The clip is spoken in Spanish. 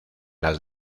las